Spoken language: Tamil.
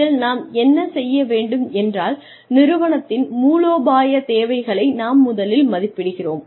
இதில் நாம் என்ன செய்ய வேண்டும் என்றால் நிறுவனத்தின் மூலோபாய தேவைகளை நாம் முதலில் மதிப்பிடுகிறோம்